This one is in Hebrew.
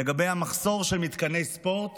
לגבי המחסור במתקני ספורט